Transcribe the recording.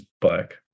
bike